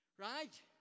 Right